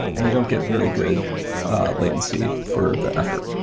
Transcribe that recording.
and you don't get very good latency for the effort.